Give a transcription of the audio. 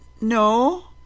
no